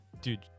dude